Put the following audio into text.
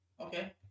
Okay